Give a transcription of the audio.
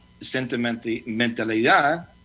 Sentimentalidad